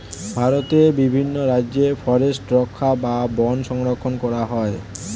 ভারতের বিভিন্ন রাজ্যে ফরেস্ট রক্ষা বা বন সংরক্ষণ করা হয়